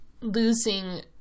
losing